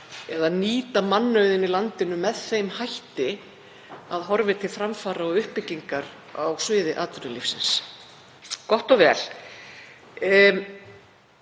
eða nýta mannauðinn í landinu með þeim hætti að horfi til framfara og uppbyggingar á sviði atvinnulífsins. Gott og vel.